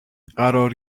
قرار